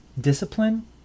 Discipline